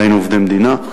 דהיינו עובדי מדינה,